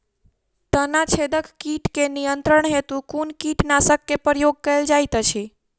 तना छेदक कीट केँ नियंत्रण हेतु कुन कीटनासक केँ प्रयोग कैल जाइत अछि?